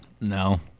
No